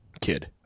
kid